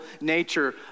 nature